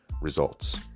results